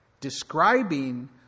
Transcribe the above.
describing